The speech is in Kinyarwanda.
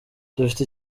dufite